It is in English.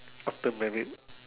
after married